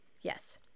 Yes